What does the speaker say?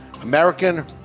American